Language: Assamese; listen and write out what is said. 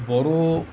বড়ো